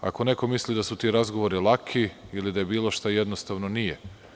Ako neko misli da su ti razgovori laki ili da je bilo šta jednostavno, nije.